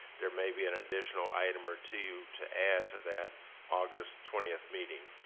there may be an additional item or two to add to that august twenty meeting.